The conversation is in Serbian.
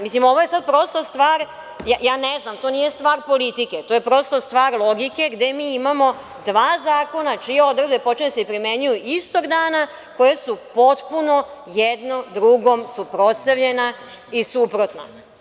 Mislim, ovo je sad prosto stvar, ja ne znam, to nije stvar politike, to je prosto stvar logike, gde mi imamo dva zakona čije odredbe počinju da se primenjuju istog dana koje su potpuno jedno drugom suprotstavljena i suprotna.